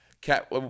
cat